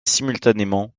simultanément